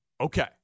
Okay